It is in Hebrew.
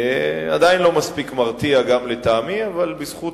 זה עדיין לא מספיק מרתיע גם לטעמי, אבל בזכות